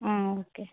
ఆ ఓకే